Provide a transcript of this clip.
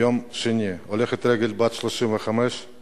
יום שני, הולכת רגל בת 35 נהרגה,